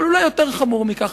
אבל אולי יותר חמור מכך,